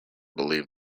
believed